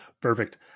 Perfect